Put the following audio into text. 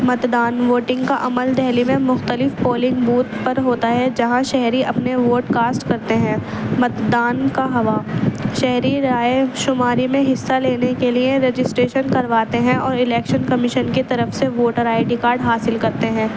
مت دان ووٹنگ کا عمل دہلی میں مختلف پولنگ بوتھ پر ہوتا ہے جہاں شہری اپنے ووٹ کاسٹ کرتے ہیں مت دان کا ہوا شہری رائے شماری میں حصہ لینے کے لیے رجسٹریشن کرواتے ہیں اور الیکشن کمیشن کی طرف سے ووٹر آئی ڈی کارڈ حاصل کرتے ہیں